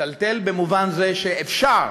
לטלטל במובן הזה שאפשר